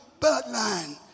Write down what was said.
bloodline